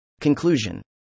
Conclusion